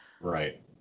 right